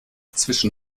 zwischen